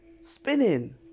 spinning